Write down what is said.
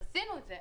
ועשינו את זה.